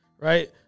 right